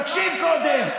תקשיב קודם.